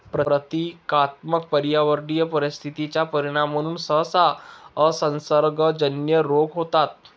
प्रतीकात्मक पर्यावरणीय परिस्थिती चा परिणाम म्हणून सहसा असंसर्गजन्य रोग होतात